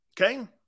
Okay